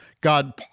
God